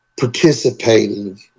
participating